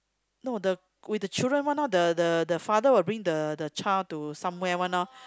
no the with the children one lor the the the father will bring the the child to somewhere one lor